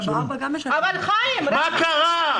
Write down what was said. מה קרה?